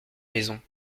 maison